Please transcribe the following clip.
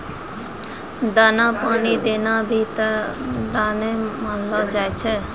दाना पानी देना भी त दाने मानलो जाय छै